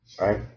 Right